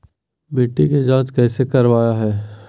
मिट्टी के जांच कैसे करावय है?